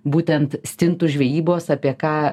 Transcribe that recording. būtent stintų žvejybos apie ką